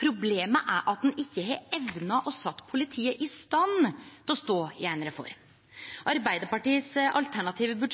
Problemet er at ein ikkje har evna å setje politiet i stand til å stå i ei reform. Arbeidarpartiets alternative